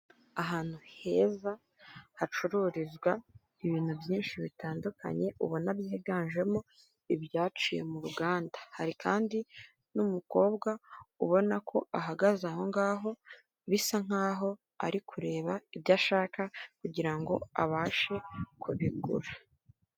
Ahantu heza hacururizwa ibintu byinshi bitandukanye ubona byiganjemo ibyaciye mu ruganda hari kandi n'umukobwa ubona ko ahagaze aho ngaho bisa nkaho ari kureba ibyo ashaka kugirango abashe kubigura.